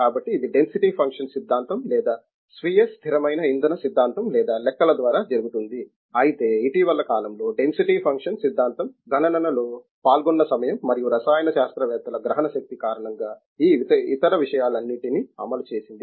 కాబట్టి ఇది density function సిద్ధాంతం లేదా స్వీయ స్థిరమైన ఇంధన సిద్ధాంతం లేదా లెక్కల ద్వారా జరుగుతుంది అయితే ఇటీవల కాలంలో డెన్సిటీ ఫంక్షన్ సిద్ధాంతం గణనలో పాల్గొన్న సమయం మరియు రసాయన శాస్త్రవేత్తల గ్రహణశక్తి కారణంగా ఈ ఇతర విషయాలన్నింటినీ అమలు చేసింది